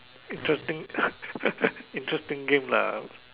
interesting interesting game lah